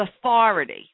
authority